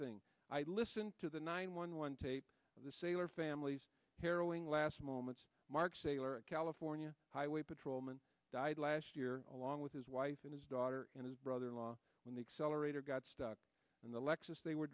thing i listened to the nine one one tape of the saylor family's harrowing last moments mark saylor a california highway patrolman died last year along with his wife and his daughter and his brother in law when the accelerator got stuck the lexus they were